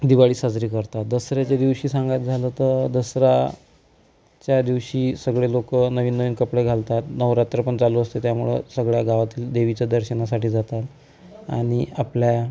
दिवाळी साजरी करतात दसऱ्याच्या दिवशी सांगायचं झालं तर दसरा त्या दिवशी सगळे लोकं नवीन नवीन कपडे घालतात नवरात्र पण चालू असते त्यामुळं सगळ्या गावातील देवीचे दर्शनासाठी जातात आणि आपल्या